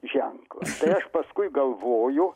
ženklą tai aš paskui galvoju